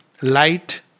light